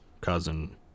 cousin